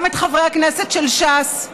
גם את חברי הכנסת של ש"ס,